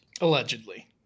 Allegedly